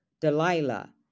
Delilah